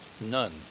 none